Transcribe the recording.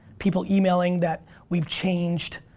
people emailing that we've changed.